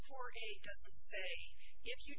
for you